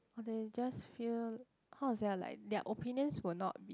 or they just fear how to say ah like their opinions will not be